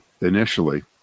initially